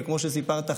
וכמו שסיפרת,